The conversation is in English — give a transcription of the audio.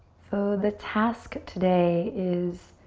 so the task today is